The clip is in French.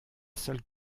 seule